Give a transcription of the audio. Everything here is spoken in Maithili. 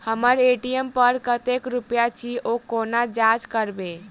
हम्मर ए.टी.एम पर कतेक रुपया अछि, ओ कोना जाँच करबै?